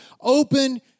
open